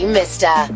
Mister